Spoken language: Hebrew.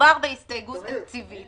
שמדובר בהסתייגות תקציבית.